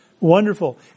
Wonderful